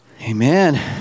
Amen